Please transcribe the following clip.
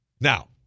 Now